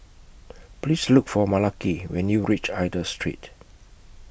Please Look For Malaki when YOU REACH Aida Street